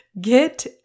Get